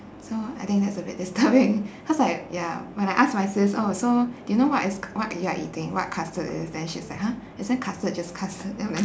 so I think that's a bit disturbing cause like ya when I ask my sis oh so do you know what is c~ what you are eating what custard is then she's like !huh! isn't custard just custard then I'm like